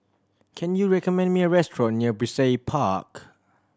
can you recommend me a restaurant near Brizay Park